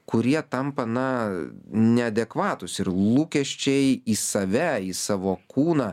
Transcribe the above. kurie tampa na neadekvatūs ir lūkesčiai į save į savo kūną